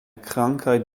krankheit